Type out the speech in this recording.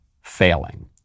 failing